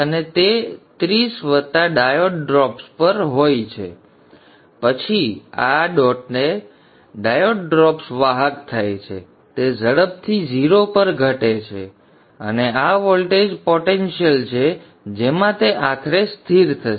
અને તે 30 વત્તા ડાયોડ ડ્રોપ્સ પર હોય છે અને પછી આ ડોટએ ડાયોડ ડ્રોપ્સ વાહક થાય છે અને તે ઝડપથી 0 પર ઘટે છે અને આ વોલ્ટેજ પોટેન્શિયલ છે જેમાં તે આખરે સ્થિર થશે